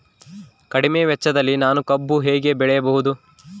ಕಡಿಮೆ ವೆಚ್ಚದಲ್ಲಿ ನಾನು ಕಬ್ಬು ಹೇಗೆ ಬೆಳೆಯಬಹುದು?